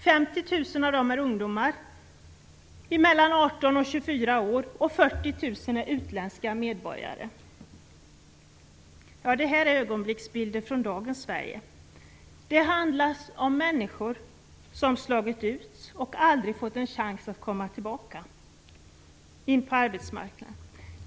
50 000 av dem är ungdomar mellan 18 och Det här är ögonblicksbilder från dagens Sverige. Det här handlar om människor som slagits ut och aldrig fått chansen att komma tillbaka in på arbetsmarknaden.